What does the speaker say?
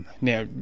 now